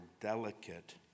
delicate